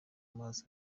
mazi